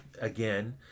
again